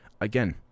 Again